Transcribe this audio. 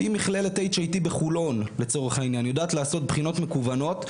אם מכללתHIT בחולון לצורך העניין יודעת לעשות בחינות מקוונות,